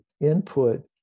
input